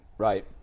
Right